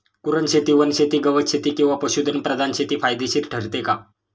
कुरणशेती, वनशेती, गवतशेती किंवा पशुधन प्रधान शेती फायदेशीर ठरते का?